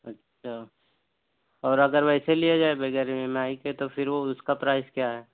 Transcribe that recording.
اچھا اور اگر ویسے لیا جائے بغیر ایم ایم آئی کے تو پھر وہ اس کا پرائس کیا ہے